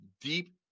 deep